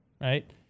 right